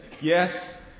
yes